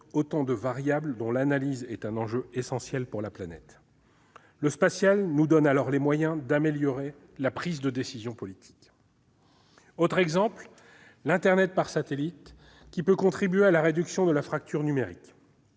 autant de variables dont l'analyse est un enjeu essentiel pour la planète. Le spatial nous donne alors les moyens d'améliorer la prise de décision politique. Un autre exemple est l'internet par satellite, qui peut contribuer à la réduction de la fracture numérique.